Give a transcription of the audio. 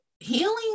Healing